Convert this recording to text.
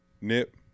Nip